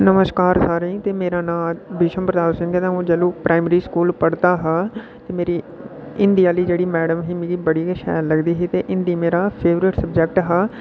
नमश्कार सारें गी ते मेरा नांऽ विश्व प्रताप सिंह् ऐ ते अ'ऊं जिसलै प्राइमरी स्कूल पढ़दा हा ते मेरी हिंदी आह्ली जेह्ड़ी मैड़म ही मिगी बड़ी गै शैल लगदी ही ते हिंदी मेरा फेवरट सब्जैक्ट हा